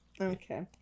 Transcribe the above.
Okay